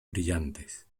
brillantes